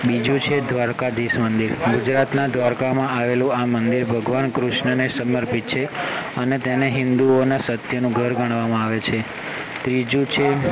બીજું છે દ્વારકાધીશ મંદિર ગુજરાતનાં દ્વારકામાં આવેલું આ મંદિર ભગવાન કૃષ્ણને સમર્પિત છે અને તેને હિન્દુ અને સત્યનું ઘર ગણવામાં આવે છે ત્રીજું છે